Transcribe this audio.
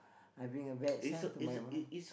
I'm being a bad son to my mum